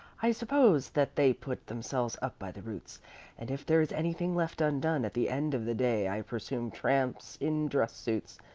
i suppose, that they pull themselves up by the roots and if there is anything left undone at the end of the day i presume tramps in dress suits,